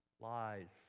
lies